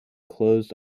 closed